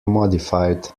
modified